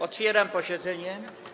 Otwieram posiedzenie.